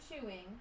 chewing